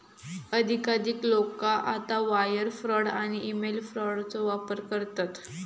अधिकाधिक लोका आता वायर फ्रॉड आणि ईमेल फ्रॉडचो वापर करतत